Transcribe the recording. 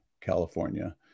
California